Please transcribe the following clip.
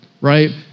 right